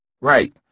Right